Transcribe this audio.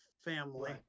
family